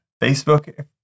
Facebook